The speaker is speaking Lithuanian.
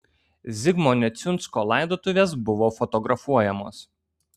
zigmo neciunsko laidotuvės buvo fotografuojamos